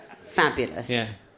fabulous